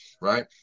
right